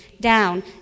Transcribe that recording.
down